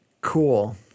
Cool